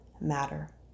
matter